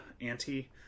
anti